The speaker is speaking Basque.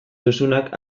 duzunak